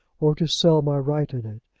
or to sell my right in it.